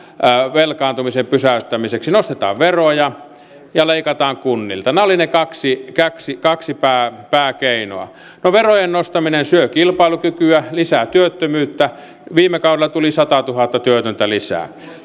velkaantumisen pysäyttämiseksi nostetaan veroja ja leikataan kunnilta nämä olivat ne kaksi kaksi pääkeinoa no verojen nostaminen syö kilpailukykyä lisää työttömyyttä viime kaudella tuli satatuhatta työtöntä lisää